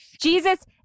Jesus